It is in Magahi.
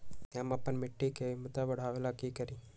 हम अपना मिट्टी के झमता बढ़ाबे ला का करी?